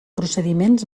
procediments